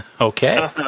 okay